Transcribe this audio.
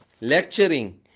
lecturing